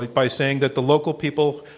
like by saying that the local people,